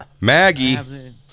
Maggie